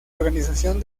organización